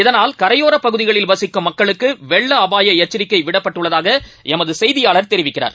இதனால் பகுதிகளில் வசிக்கும் கரையோப் மக்களுக்குவெள்ள அபாயஎச்சரிக்கைவிடப்பட்டுள்ளதாகஎமதசெய்தியாளர் தெரிவிக்கிறார்